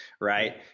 Right